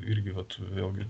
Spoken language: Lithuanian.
irgi vat vėlgi